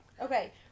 Okay